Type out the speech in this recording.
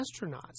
astronauts